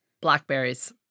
Blackberries